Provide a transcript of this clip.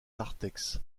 narthex